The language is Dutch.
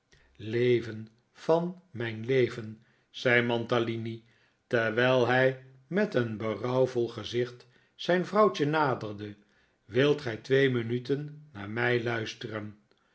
leven van mijn leven zei mantalini terwijl hij met een berouwvol gezicht zijn vrouw naderde wilt gij twee minuten naar mij luisteren